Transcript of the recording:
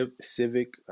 civic